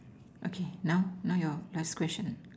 okay now now your first question